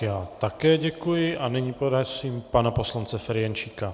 Já také děkuji a nyní prosím pana poslance Ferjenčíka.